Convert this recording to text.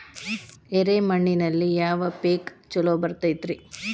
ಎರೆ ಮಣ್ಣಿನಲ್ಲಿ ಯಾವ ಪೇಕ್ ಛಲೋ ಬರತೈತ್ರಿ?